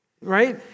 right